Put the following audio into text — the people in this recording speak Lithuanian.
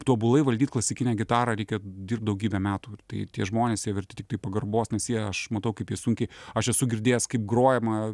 tobulai valdyt klasikinę gitarą reikia dirbt daugybę metų tai tie žmonės jie verti tiktai pagarbos nes jei aš matau kaip sunkiai aš esu girdėjęs kaip grojama